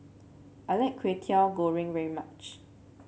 I like Kwetiau Goreng very much